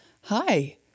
Hi